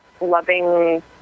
loving